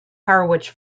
harwich